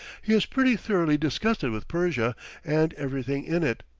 he is pretty thoroughly disgusted with persia and everything in it,